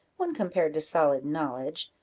when compared to solid knowledge,